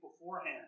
beforehand